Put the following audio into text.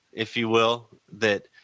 if you will. that,